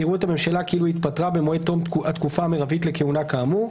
יראו את הממשלה כאילו התפטרה במועד תום התקופה המרבית לכהונה כאמור."